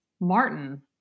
Martin